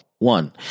One